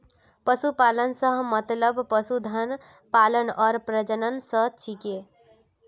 पशुपालन स मतलब पशुधन पालन आर प्रजनन स छिके